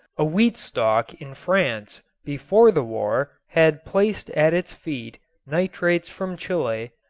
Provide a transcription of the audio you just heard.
a wheat stalk in france before the war had placed at its feet nitrates from chile,